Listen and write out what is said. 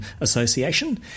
Association